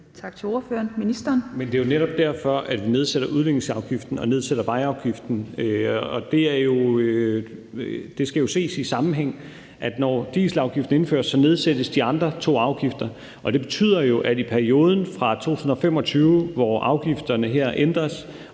Det er jo netop derfor, vi nedsætter udledningsafgiften og nedsætter vejafgiften. Det skal jo ses i sammenhæng. Når dieselafgiften indføres, nedsættes de andre to afgifter. Og det betyder jo, at i perioden fra 2025, hvor afgifterne her ændres,